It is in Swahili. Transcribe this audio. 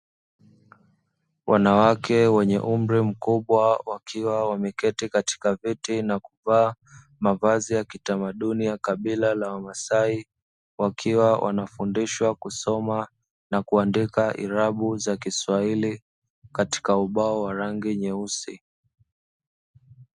Wanawake wenye umri mkubwa wakiwa wameketi katika viti na kuvaa mavazi ya kitamaduni ya kabila la wamasai, wakiwa wanafundishwa kusoma na kuandika irabu za kiswahili katika ubao wa rangi nyeusi.